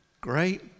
great